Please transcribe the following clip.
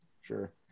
Sure